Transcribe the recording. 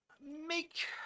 Make